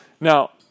Now